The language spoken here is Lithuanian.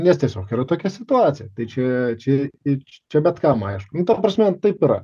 nes tiesiog yra tokia situacija tai čia čia čia bet kam aišku nu ta prasme taip yra